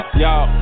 Y'all